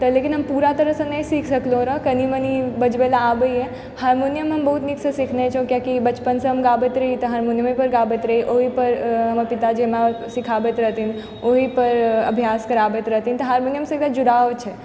लेकिन हम पूरा तरहसँ नहि सीखि सकलहुँ रऽ कनी मनी बजबै लए आबैए हारमोनियम हम बहुत नीकसँ सिखने छी कियाकि बचपनसँ हम गाबैत रही तऽ हारमोनियमेपर गाबैत रही ओहिपर हमर पिताजी हमरा सिखाबैत रहथिन ओहिपर अभ्यास कराबैत रहथिन तऽ हारमोनियमसँ एकटा जुड़ाव छै